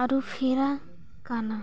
ᱟᱹᱨᱩ ᱯᱷᱮᱨᱟᱜ ᱠᱟᱱᱟ